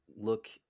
look